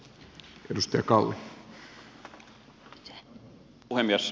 arvoisa puhemies